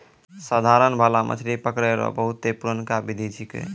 साधारण भाला मछली पकड़ै रो बहुते पुरनका बिधि छिकै